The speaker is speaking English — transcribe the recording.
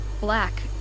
black